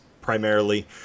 primarily